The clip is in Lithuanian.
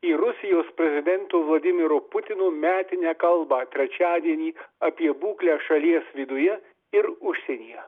į rusijos prezidento vladimiro putino metinę kalbą trečiadienį apie būklę šalies viduje ir užsienyje